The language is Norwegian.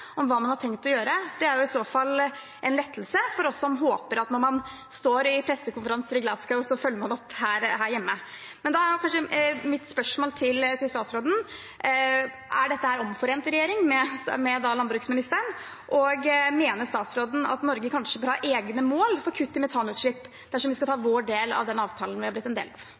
om hva man har tenkt å gjøre. Det er jo i så fall en lettelse for oss som håper at når man står i pressekonferanser i Glasgow, følger man opp her hjemme. Men da er mitt spørsmål til statsråden: Er dette omforent i regjeringen med landbruksministeren? Og mener statsråden at Norge kanskje bør ha egne mål for kutt i metanutslipp, dersom vi skal ta vår del av den avtalen vi har blitt en del av?